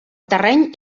terreny